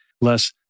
less